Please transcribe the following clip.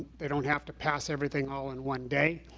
they don't have to pass everything all on one day.